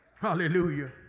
hallelujah